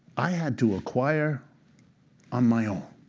i had to acquire on my own.